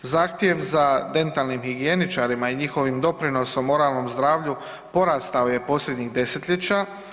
Zahtjev za dentalnim higijeničarima i njihovim doprinosom oralnom zdravlju porastao je posljednjih desetljeća.